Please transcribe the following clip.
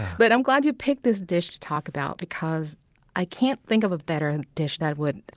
but i'm glad you picked this dish to talk about because i can't think of a better dish that would